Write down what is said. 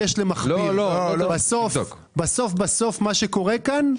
יש פה שדרוג קטן של קבלת המידע מהביטוח הלאומי.